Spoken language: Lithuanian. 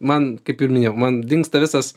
man kaip ir minėjau man dingsta visas